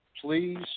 please